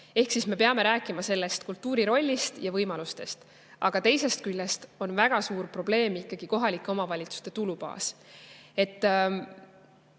Ehk siis me peame rääkima kultuuri rollist ja võimalustest. Aga teisest küljest on väga suur probleem ikkagi kohalike omavalitsuste tulubaas.